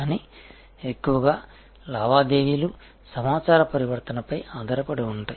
కానీ ఎక్కువగా లావాదేవీలు సమాచార పరివర్తనపై ఆధారపడి ఉంటాయి